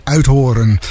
Uithoren